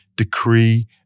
decree